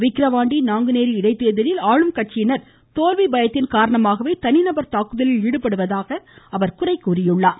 விக்கிரவாண்டி நாங்குநேரி இடைத்தேர்தலில் தோல்வி பயத்தின் காரணமாகவே தனிநபர் தாக்குதலில் ஈடுபடுவதாக குறை கூறினார்